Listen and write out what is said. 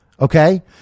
Okay